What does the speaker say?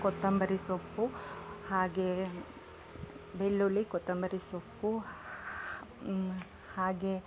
ಕೊತ್ತಂಬರಿ ಸೊಪ್ಪು ಹಾಗೇ ಬೆಳ್ಳುಳ್ಳಿ ಕೊತ್ತಂಬರಿ ಸೊಪ್ಪು ಹಾಗೇ